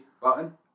button